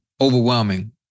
overwhelming